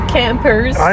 campers